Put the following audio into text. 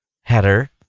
header